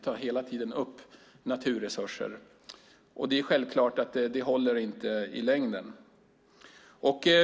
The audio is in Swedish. Det är självklart att det inte håller i längden.